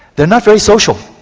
they are not very social,